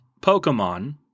Pokemon